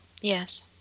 Yes